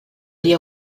dia